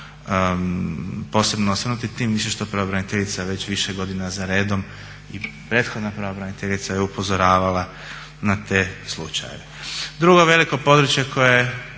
posebno osvrnuti tim više što pravobraniteljica već više godina za redom i prethodna pravobraniteljica je upozoravala na te slučajeve. Drugo veliko područje koje